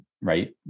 right